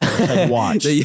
watch